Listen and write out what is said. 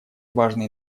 важный